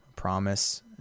promise